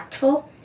impactful